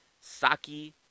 Saki